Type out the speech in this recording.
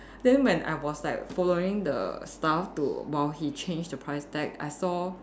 then when I was like following the staff to while he change the price tag I saw